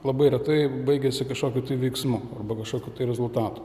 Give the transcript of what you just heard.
labai retai baigiasi kažkokiu veiksmu arba kažkokiu rezultatu